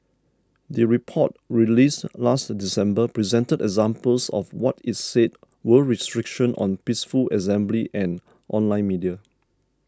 the report released last December presented examples of what it said were restrictions on peaceful assembly and online media